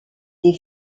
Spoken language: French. des